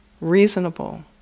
reasonable